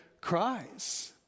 cries